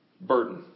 burden